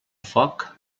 foc